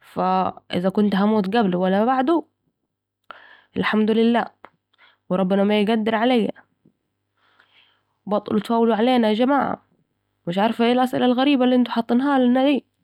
فاذا كنت هموت قبل ولا بعده الحمد لله وربنا ما يقدر عليا…و بطلوا تفولوا علينا يا جماعه مش عارفه ايه الاسأله الغربية الي حطنالها دي